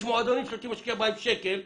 יש מועדונים שלא השקיעו שקל,